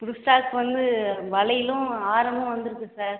புது ஸ்டாக் வந்து வளையலும் ஆரமும் வந்துருக்குது சார்